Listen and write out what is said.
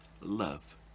love